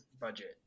budget